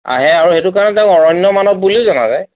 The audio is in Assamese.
অ সেই আৰু সেইটো কাৰণে তেওঁক অৰণ্য মানৱ বুলিও জনা যায়